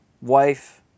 Wife